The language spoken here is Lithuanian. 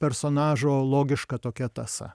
personažo logiška tokia tąsa